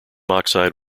oxide